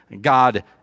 God